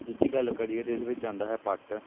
ਦੂਜੀ ਗੱਲ ਕਰੀਏ ਤਾਂ ਇਸ ਵਿੱਚ ਆਉਂਦਾ ਹੈ ਪੱਟ